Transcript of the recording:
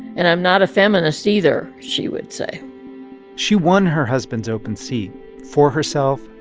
and i'm not a feminist, either, she would say she won her husband's open seat for herself,